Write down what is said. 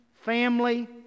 family